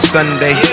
Sunday